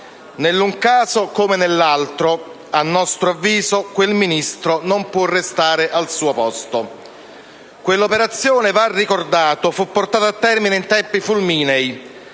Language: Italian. In un caso come nell'altro, a nostro avviso, quel Ministro non può restare al suo posto. Quell'operazione, va ricordato, fu portata a termine in tempi fulminei